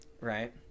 right